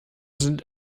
sind